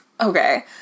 okay